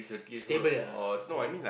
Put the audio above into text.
stable yeah you don't